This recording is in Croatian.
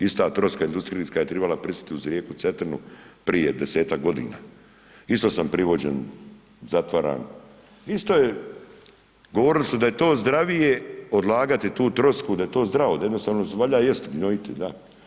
Ista troska industrijska je trebala pristati uz rijeku Cetinu prije 10-ak godina, isto sam privođen, zatvaran, isto je, govorili su da je to zdravije odlagati tu trosku, da je to zdravo, jednostavno valjda jesti, gnojiti, da.